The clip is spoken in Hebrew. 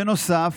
בנוסף,